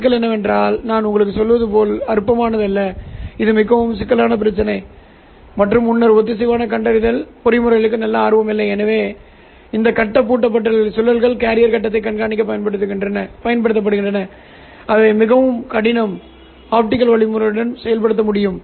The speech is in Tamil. சிக்கல் நான் உங்களுக்குச் சொல்வது போல் அற்பமானது அல்ல இது மிகவும் சிக்கலான பிரச்சினை மற்றும் முன்னர் ஒத்திசைவான கண்டறிதல் பொறிமுறைக்கு நல்ல ஆர்வம் இல்லை ஏனெனில் இந்த கட்ட பூட்டப்பட்ட சுழல்கள் கேரியர் கட்டத்தைக் கண்காணிக்கப் பயன்படுகின்றன அவை மிகவும் கடினம் ஆப்டிகல் வழிமுறைகளுடன் செயல்படுத்தவும்